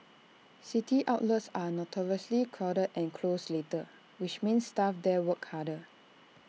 city outlets are notoriously crowded and close later which means staff there work harder